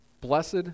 Blessed